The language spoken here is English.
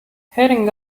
heading